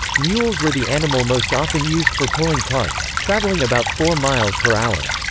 mules were the animal most often used for pulling carts, travelling about four mph.